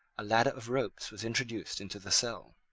a ladder of ropes was introduced into the cell.